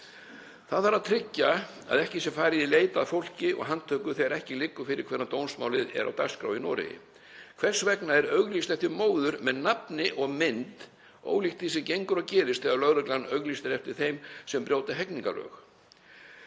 Það þarf að tryggja að ekki sé farið í leit að fólki og handtöku þegar ekki liggur fyrir hvenær dómsmálið er á dagskrá í Noregi. Hvers vegna er auglýst eftir móður með nafni og mynd ólíkt því sem gengur og gerist þegar lögreglan auglýsir eftir þeim sem brjóta hegningarlög?